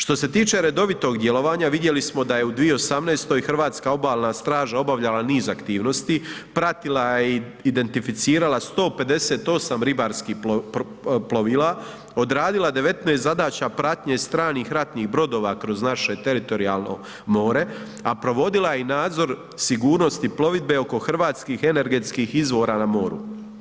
Što se tiče redovitog djelovanja, vidjeli smo da je u 2018. hrvatska Obalna straža obavljala niz aktivnosti, pratila je i identificirala 158 ribarskih plovila, odradila 19 zadaća pratnje stranih ratnih brodova kroz naše teritorijalno more a provodila je i nadzor sigurnosti plovidbe oko hrvatskih energetskih izvora na moru.